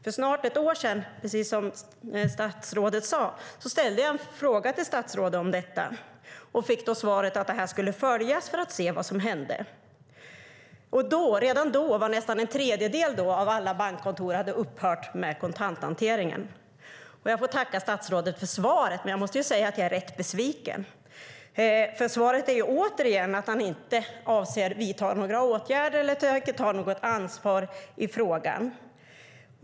För snart ett år sedan, precis som statsrådet sade, ställde jag en fråga till statsrådet om detta och fick svaret att man skulle följa detta för att se vad som hände. Redan då hade nästan en tredjedel av alla bankkontor upphört med kontanthanteringen. Jag får tacka statsrådet för svaret, men jag måste säga att jag är rätt besviken, för svaret är återigen att man inte avser att vidta några åtgärder eller tänker ta något ansvar i frågan.